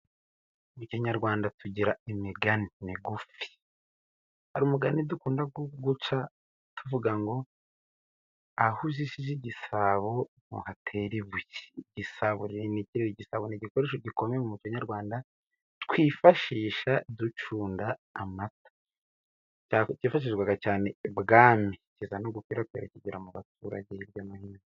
Mu kinyarwanda tugira imigani migufi, hari umugani dukunda guca tuvuga ngo "aho ujishe igisabo ntuhatera ibuye". Igisabo ni igikoresho gikomeye mu muco nyarwanda, twifashisha ducunda amata, igisabo cyifashishwaga cyane ibwami, kugeza na n'ubu bigaragara mu baturage hirya no hino.